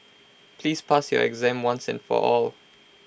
please pass your exam once and for all